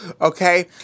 okay